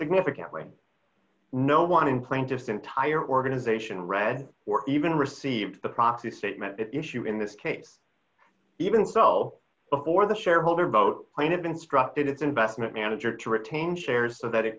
significantly no one in plain just entire organization read or even received the proxy statement at issue in this case even so before the shareholder vote plaintiffs instructed its investment manager to retain shares so that it